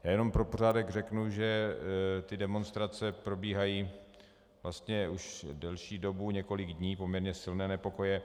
Já jenom pro pořádek řeknu, že demonstrace probíhají vlastně už delší dobu, několik dní, poměrně silné nepokoje.